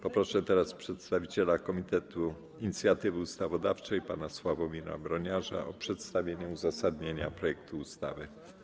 Poproszę teraz przedstawiciela komitetu inicjatywy ustawodawczej pana Sławomira Broniarza o przedstawienie uzasadnienia projektu ustawy.